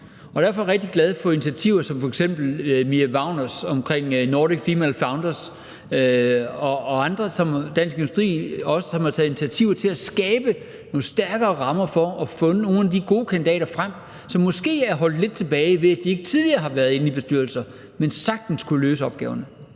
Derfor er jeg rigtig glad for initiativer som f.eks. Mia Wagners omkring Nordic Female Founders og nogle andre initiativer, som Dansk Industri har taget initiativ til, for at skabe nogle stærkere rammer for at få fundet nogle af de gode kandidater frem, som måske er holdt lidt tilbage ved, at de ikke tidligere har været inde i bestyrelser, men som sagtens kunne løse opgaverne.